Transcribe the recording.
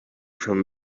from